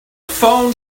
phone